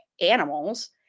animals